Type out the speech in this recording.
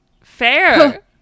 Fair